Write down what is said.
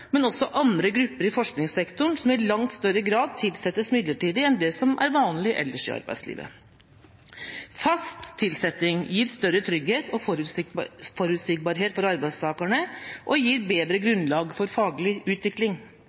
men også andre grupper i forskningssektoren som i langt større grad tilsettes midlertidig enn det som er vanlig ellers i arbeidslivet. Hovedregelen i norsk arbeidsliv er fast tilsetting. Det gir større trygghet og forutsigbarhet for arbeidstakerne og gir bedre grunnlag for faglig